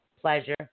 pleasure